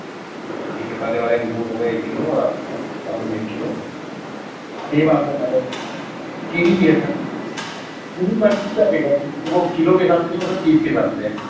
ٹھیک ہے کالے والے انگور ہو گئے ایک کلو اور آپ جامن ایک کلو سیب آپ کا کیوی بھی ہے sir kiwi per piece sir rate ہے اس میں وہ کلو کے حساب سے نہیں وہ سر پیس کے حساب سے ہے